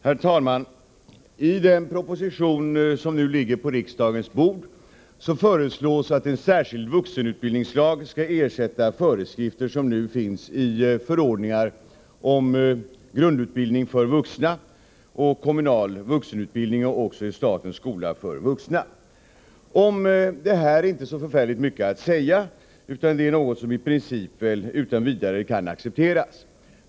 Herr talman! I den proposition som nu behandlas föreslås att en särskild vuxenutbildningslag skall ersätta hittills gällande föreskrifter i förordningar om grundutbildning för vuxna, om kommunal vuxenutbildning och om statens skola för vuxna. Om det här är inte så förfärligt mycket att säga, utan det är något som i princip utan vidare kan accepteras.